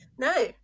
No